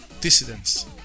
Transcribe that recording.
dissidents